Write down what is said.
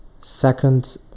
second